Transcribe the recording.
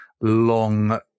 long